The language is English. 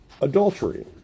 adultery